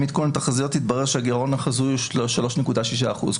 עדכון תחזיות התברר שהגירעון החזוי הוא 3.6 אחוזים.